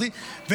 "ולקחתי",